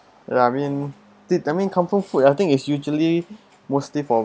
ya I mean that that mean comfort food I think is usually mostly for